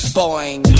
boing